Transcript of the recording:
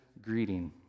greeting